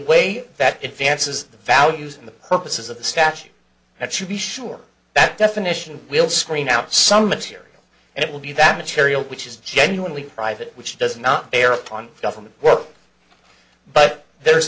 way that advances the values and the purposes of the statute that should be sure that definition will screen out some material and it will be that material which is genuinely private which does not bear upon government work but there